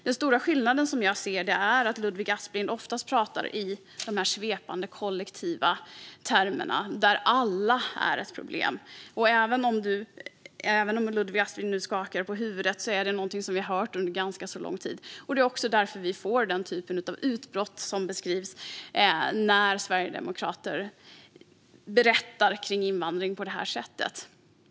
Den stora skillnaden, som jag ser det, är att Ludvig Aspling oftast pratar i de här svepande kollektiva termerna, där alla är ett problem. Även om Ludvig Aspling nu skakar på huvudet är det någonting som vi har hört under ganska lång tid. Det är också därför vi får den typ av utbrott som beskrivs när sverigedemokrater berättar kring invandring på det här sättet.